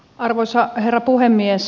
arvoisa herra puhemies